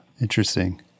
Interesting